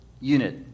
unit